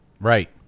Right